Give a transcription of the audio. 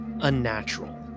unnatural